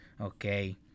okay